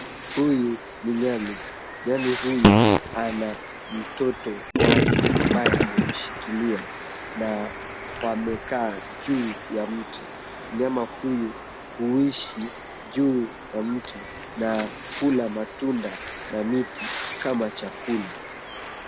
Huyu ni nyani, nyani huyu ana mtoto wake ambaye amemshikilia na wamekaa juu ya mti. Mnyama huyu huishi juu ya mti na hula matunda na miti kama chakula.